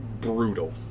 brutal